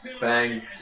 Bang